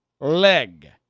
leg